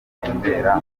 atembera